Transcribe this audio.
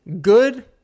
good